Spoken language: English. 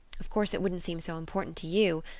of course it wouldn't seem so important to you.